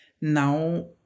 Now